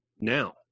now